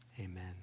amen